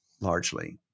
largely